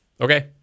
Okay